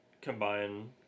combine